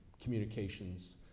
communications